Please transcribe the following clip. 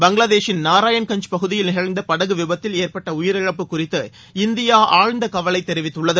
பங்களாதேஷின் நாராயண்கஞ்ச் பகுதியில் நிகழ்ந்தபடகுவிபத்தில் ஏற்பட்டஉயிரிழப்பு குறித்து இந்தியாஆழ்ந்தகவலைதெரிவித்துள்ளது